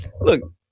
look